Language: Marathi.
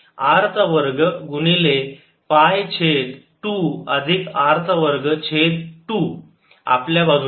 R चा वर्ग गुणिले पाय छेद 2 अधिक R चा वर्ग छेद 2 आतल्या बाजूला